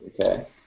Okay